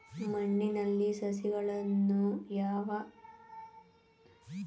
ಮಣ್ಣಿನಲ್ಲಿ ಸಸಿಗಳನ್ನು ಯಾವಾಗ ನೆಡಬೇಕು?